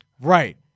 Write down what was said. Right